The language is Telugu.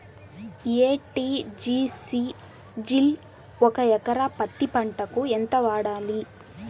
ఎ.టి.జి.సి జిల్ ఒక ఎకరా పత్తి పంటకు ఎంత వాడాలి?